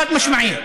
חד-משמעי.